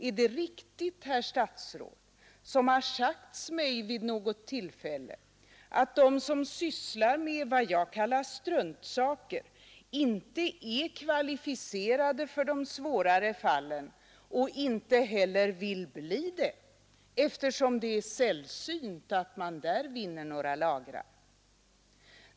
Är det riktigt, herr statsråd, som har sagts mig vid något tillfälle att de som sysslar med vad jag kallar struntsaker inte är kvalificerade för de svårare fallen och inte heller vill bli det, eftersom det är sällsynt att man där vinner några lagrar?